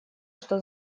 что